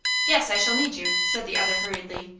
yes, i shall need you, said the other hurriedly.